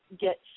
get